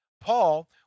Paul